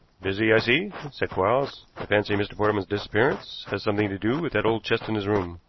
busy, i see, said quarles. i fancy mr. portman's disappearance has something to do with that old chest in his room.